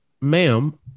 ma'am